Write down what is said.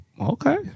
Okay